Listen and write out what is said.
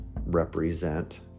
represent